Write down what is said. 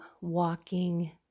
walking